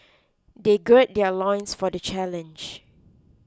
they gird their loins for the challenge